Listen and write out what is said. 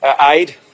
aid